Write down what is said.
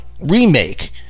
remake